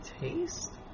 taste